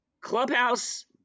Clubhouse